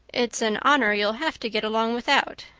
it's an honor you'll have to get along without.